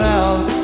out